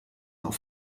auf